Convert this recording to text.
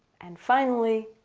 and finally.